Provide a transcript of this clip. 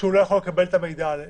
כשהוא לא יכול לקבל את המידע מכם?